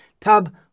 tab